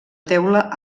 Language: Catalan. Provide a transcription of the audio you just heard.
teula